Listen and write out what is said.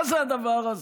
מה זה הדבר הזה?